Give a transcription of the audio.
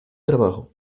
trabajo